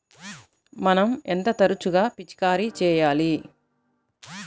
మనం ఎంత తరచుగా పిచికారీ చేయాలి?